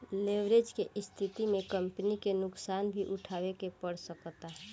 leverage के स्थिति में कंपनी के नुकसान भी उठावे के पड़ सकता